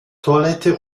toilette